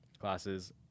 classes